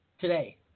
today